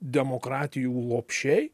demokratijų lopšiai